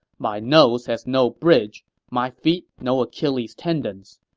my nose has no bridge my feet, no achilles tendons.